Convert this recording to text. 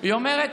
היא אומרת: